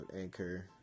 Anchor